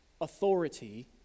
authority